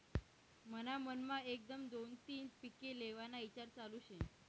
मन्हा मनमा एकदम दोन तीन पिके लेव्हाना ईचार चालू शे